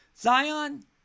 Zion